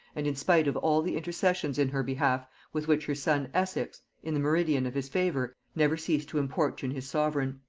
and in spite of all the intercessions in her behalf with which her son essex, in the meridian of his favor, never ceased to importune his sovereign.